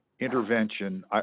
intervention